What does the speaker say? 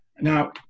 Now